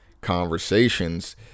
conversations